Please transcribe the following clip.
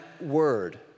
word